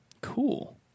Cool